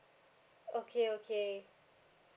okay okay